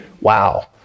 Wow